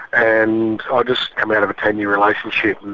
and i'd just come out of a ten year relationship,